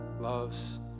loves